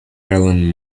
ireland